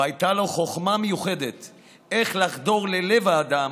והייתה לו חוכמה מיוחדת איך לחדור ללב האדם,